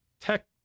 tech